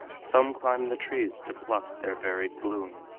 some climbed the trees to pluck their varied bloom,